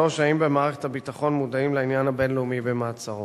3. האם במערכת הביטחון מודעים לעניין הבין-לאומי שבמעצרו?